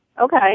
Okay